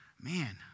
man